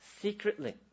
Secretly